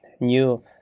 new